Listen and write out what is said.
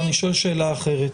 לא, אני שואל שאלה אחרת.